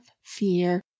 fear